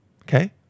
Okay